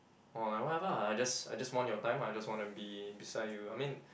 or like whatever lah I just I just want your time lah I just wanna be beside you I mean